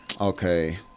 okay